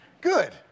Good